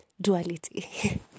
duality